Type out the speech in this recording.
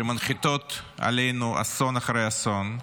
שמנחיתות עלינו אסון אחרי אסון,